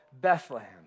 Bethlehem